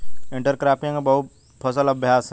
intercropping एक बहु फसल अभ्यास है